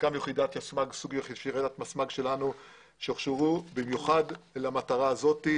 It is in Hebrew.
הקמנו יחידה שלנו שהוכשרה במיוחד למטרה הזאת.